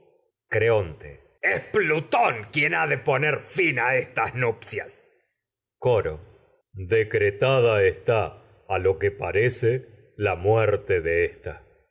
hijo creonte es plutón quien ha de poner fin a estas nupcias coro de decretada está a ío que parece la muerte ésta